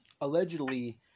allegedly